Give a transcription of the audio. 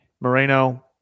Moreno